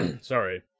sorry